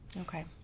okay